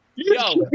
Yo